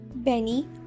Benny